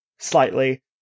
slightly